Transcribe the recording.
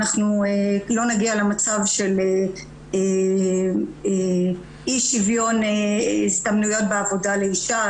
אנחנו לא נגיע למצב של אי שוויון הזדמנויות בעבודה לאישה,